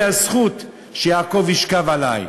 לי הזכות שיעקב ישכב עלי.